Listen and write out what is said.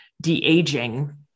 de-aging